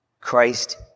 Christ